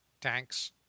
tanks